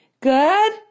Good